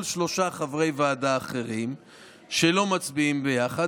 שלושה חברי ועדה אחרים שלא מצביעים ביחד,